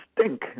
stink